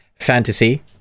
fantasy